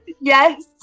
Yes